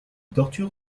torture